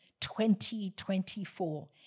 2024